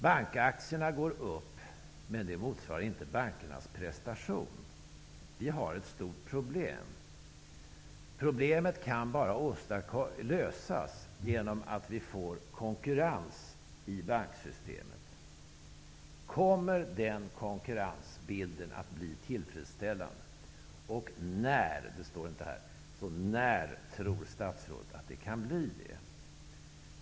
Bankaktierna går upp, men det motsvarar inte bankernas prestation. Vi har ett stort problem. Problemet kan bara lösas genom att det blir konkurrens i banksystemet. När tror statsrådet att det kan bli konkurrens, och kommer den konkurrensbilden att se tillfredsställande ut?